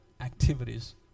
activities